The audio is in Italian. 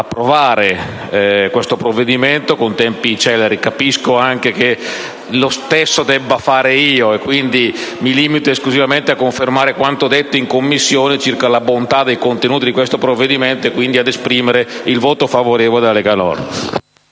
approvare questo provvedimento in tempi celeri e capisco anche che lo stesso debba fare io: quindi, mi limito esclusivamente a confermare quanto detto in Commissione circa la bontà del contenuto di questo provvedimento e a dichiarare il voto favorevole della Lega Nord.